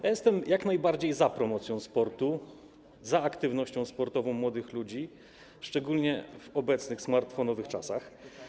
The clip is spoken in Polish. Jestem jak najbardziej za promocją sportu, za aktywnością sportową młodych ludzi, szczególnie w obecnych smartfonowych czasach.